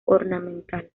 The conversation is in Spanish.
ornamental